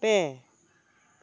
ᱯᱮ